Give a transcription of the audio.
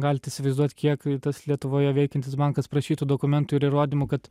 galit įsivaizduot kiek tas lietuvoje veikiantis bankas prašytų dokumentų ir įrodymų kad